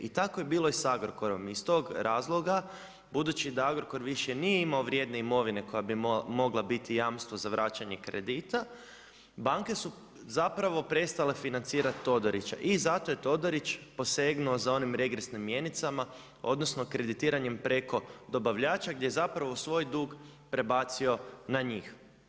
I tako je bilo i sa Agrokorom, iz tog razloga budući da Agrokor više nije imao vrijedne imovine koja bi mogla biti jamstvo za vraćanje kredita, banke su zapravo prestali financirati Todorića i zato je Todorić posegnuo za onim regresnim mjenicama, odnosno, kreditiranjem preko dobavljača, gdje zapravo svoj dug prebacio na njih.